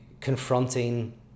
confronting